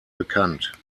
bekannt